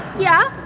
yeah,